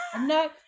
no